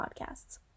podcasts